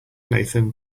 nathan